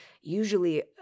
Usually